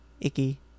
icky